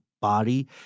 body